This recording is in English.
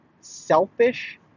selfish